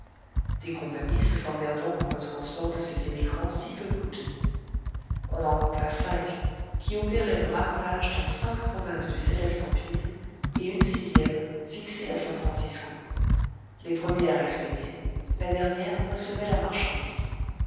des compagnies se formèrent donc pour le transport de ces émigrants si peu coûteux on en compta cinq qui opéraient le racolage dans cinq provinces du céleste empire et une sixième fixée à san francisco les premières expédiaient la dernière recevait la marchandise